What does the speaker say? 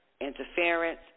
interference